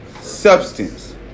Substance